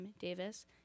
Davis